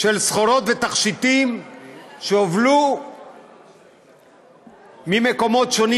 של סחורות ותכשיטים שהובלו ממקומות שונים